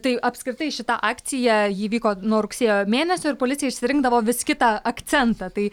tai apskritai šita akcija ji vyko nuo rugsėjo mėnesio ir policija išsirinkdavo vis kitą akcentą tai